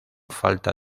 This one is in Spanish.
falta